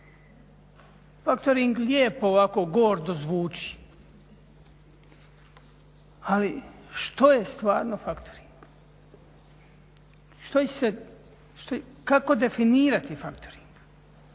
Factoring lijepo ovako gordo zvuči, ali što je stvarno factoring? Kako definirati factoring?